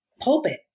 pulpit